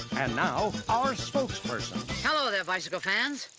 and now, our spokesperson. hello there, bicycle fans.